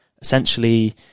essentially